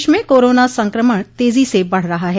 प्रदेश में कोरोना संक्रमण तेजी से बढ़ रहा है